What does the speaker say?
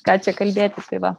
ką čia kalbėti tai va